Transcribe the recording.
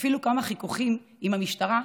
ואפילו כמה חיכוכים עם המשטרה,